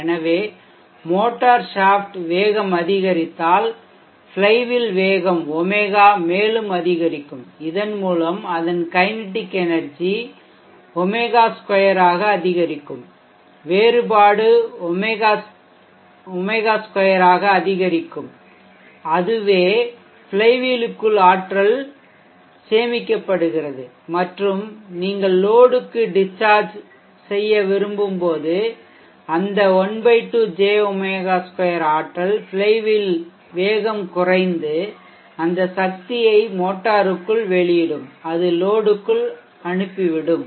எனவே motor shaft வேகம் அதிகரித்தால் ஃப்ளைவீல் வேகம் ω மேலும் அதிகரிக்கும் இதன் மூலம் அதன் கைனெடிக் எனெர்ஜி ω2 ஆக அதிகரிக்கும் வேறுபாடு ω2 ஆக அதிகரிக்கும் அவ்வாறு ஃப்ளைவீலுக்குள் ஆற்றல் சேமிக்கப்படுகிறது மற்றும் நீங்கள் லோடுக்கு டிஷ்சார்ஜ் விரும்பும் போது அந்த ½ J ω2 ஆற்றல் ஃப்ளைவீல் வேகம் குறைந்து அந்த சக்தியை மோட்டருக்குள் வெளியிடும் அது லோடுக்குள் அனுப்பிவிடும்